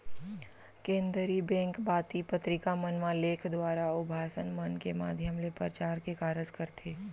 केनदरी bank पाती पतरिका मन म लेख दुवारा, अउ भासन मन के माधियम ले परचार के कारज करथे